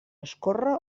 escórrer